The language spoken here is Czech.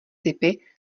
typy